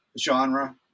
genre